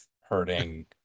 hurting